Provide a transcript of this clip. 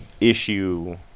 issue